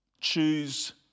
choose